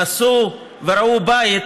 נסעו וראו בית